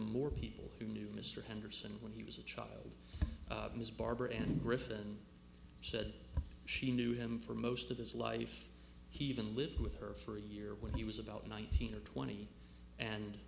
more people who knew mr henderson when he was a child and his barber and griffin said she knew him for most of his life he even lived with her for a year when he was about nineteen or twenty and